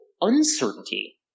uncertainty